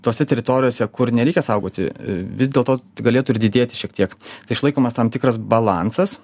tose teritorijose kur nereikia saugoti vis dėlto galėtų ir didėti šiek tiek išlaikomas tam tikras balansas